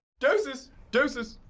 deuces, deuces,